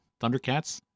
Thundercats